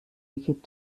gibt